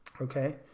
Okay